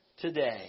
today